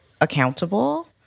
accountable